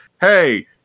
hey